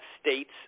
state's